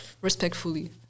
respectfully